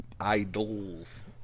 Idols